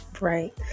Right